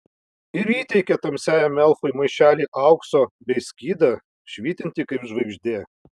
ir įteikė tamsiajam elfui maišelį aukso bei skydą švytintį kaip žvaigždė